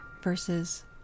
versus